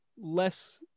less